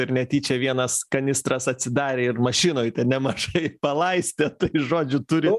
ir netyčia vienas kanistras atsidarė ir mašinoj ten nemažai palaistė tai žodžiu turi